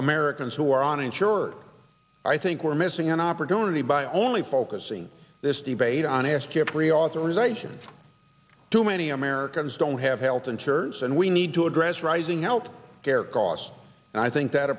americans who are uninsured i think we're missing an opportunity by only focusing this debate on asked to pre authorization too many americans don't have health insurance and we need to address rising health care costs and i think that